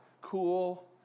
cool